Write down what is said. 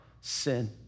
sin